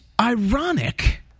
ironic